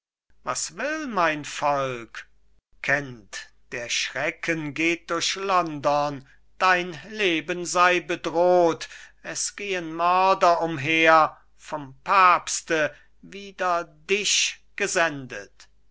was will mein volk kent der schrecken geht durch london dein leben sei bedroht es gehen mörder umher vom papste wider dich gesendet